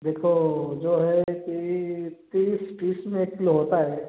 देखो जो है कि तीस तीस में होता है